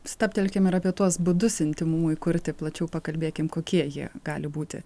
stabtelkim ir apie tuos būdus intymumui kurti plačiau pakalbėkim kokie jie gali būti